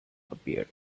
appeared